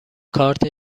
کارت